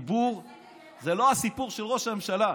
זה לא הסיפור של ראש הממשלה.